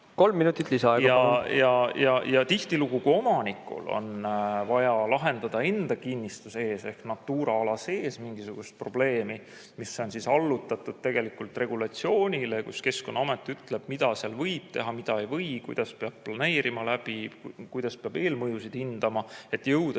Tihtilugu, kui omanikul on vaja lahendada kinnistus sees ehk Natura ala sees mingisugust probleemi, mis on allutatud regulatsioonile, kus Keskkonnaamet ütleb, mida seal võib teha, mida ei või, kuidas peab planeerima, kuidas peab eelmõjusid hindama, et jõuda